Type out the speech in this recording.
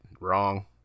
Wrong